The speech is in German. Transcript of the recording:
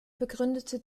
begründete